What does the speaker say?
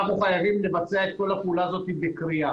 אנחנו חייבים לבצע את כל הפעולה הזאת בכרייה